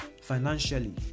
financially